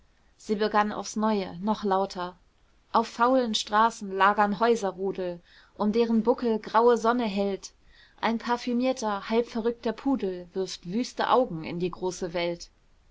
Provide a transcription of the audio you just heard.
sie begann aufs neue noch lauter auf faulen straßen lagern häuserrudel um deren buckel graue sonne hellt ein parfümierter halbverrückter pudel wirft wüste augen in die große welt